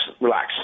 relax